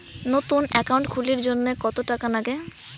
নতুন একাউন্ট খুলির জন্যে কত টাকা নাগে?